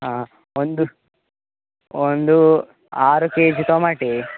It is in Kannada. ಹಾಂ ಒಂದು ಒಂದು ಆರು ಕೆಜಿ ಟೊಮೆಟೆ